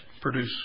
produce